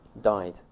died